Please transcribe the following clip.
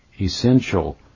essential